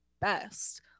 best